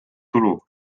tulu